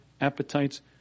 appetites